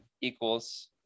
equals